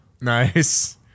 Nice